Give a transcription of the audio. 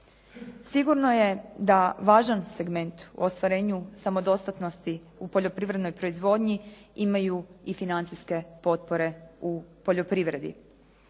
Sigurno je da važan segment u ostvarenju samodostatnosti u poljoprivrednoj proizvodnji imaju i financijske potpore u poljoprivredi.